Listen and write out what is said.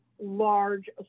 large